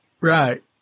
Right